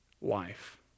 life